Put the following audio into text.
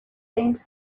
brains